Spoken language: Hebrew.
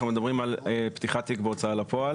אנחנו מדברים על פתיחת תיק בהוצאה לפועל,